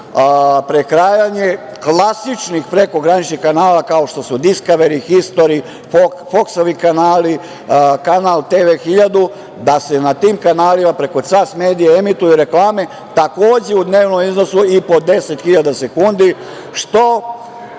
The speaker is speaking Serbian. prekrajanje klasičnih prekograničnih kanala kao što su „Discovery“, „History“, „Fox“ kanali, kanal „TV 1000“, da se na tim kanalima preko CAS medija emituju reklame, takođe u dnevnom iznosu i po 10.000 sekundi što